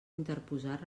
interposar